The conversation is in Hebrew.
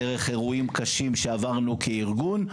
דרך אירועים קשים שעברנו כארגון,